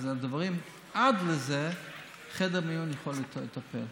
בדברים שעד לזה חדר מיון קדמי יכול לטפל,